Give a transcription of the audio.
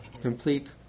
complete